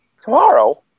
Tomorrow